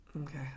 Okay